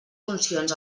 funcions